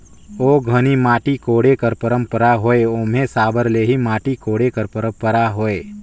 ओ घनी माटी कोड़े कर पंरपरा होए ओम्हे साबर ले ही माटी कोड़े कर परपरा होए